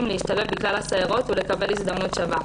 להשתלב בכלל הסיירות ולקבל הזדמנות שווה?